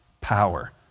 power